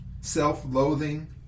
self-loathing